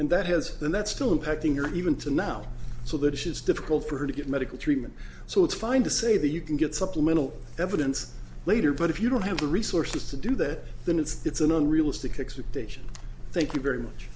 and that has and that's still impacting your even to now so that it is difficult for her to get medical treatment so it's fine to say that you can get supplemental evidence later but if you don't have the resources to do that then it's an unrealistic expectation thank you very much